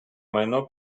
майно